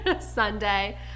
Sunday